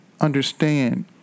understand